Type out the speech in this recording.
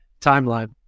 timeline